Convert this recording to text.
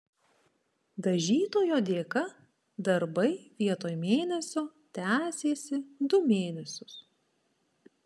dažytojo dėka darbai vietoj mėnesio tęsėsi du mėnesius